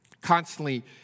constantly